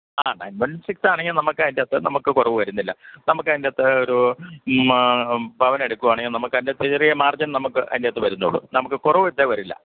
ആ nine one six ആണെങ്കിൽ നമുക്ക് അതിൻ്റെ അകത്തു നമുക്ക് കുറവ് വരുന്നില്ല നമുക്ക് അതിൻ്റെ അകത്തു ഒരു മ പവനെടുക്കുവാണെങ്കിൽ നമുക്ക് അതിൻ്റെ അകത്തു ചെറിയ മാര്ജിന് നമുക്ക് അതിൻ്റെ അകത്തു വരുന്നുള്ളൂ നമുക്ക് കുറവ് വരില്ല